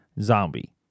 zombie